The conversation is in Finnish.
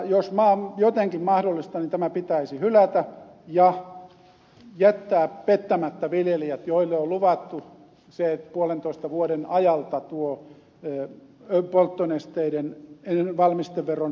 jos vaan on jotenkin mahdollista niin tämä pitäisi hylätä ja jättää pettämättä viljelijät joille on luvattu puolentoista vuoden ajalta tuo polttonesteiden valmiste veron palautuksen korotus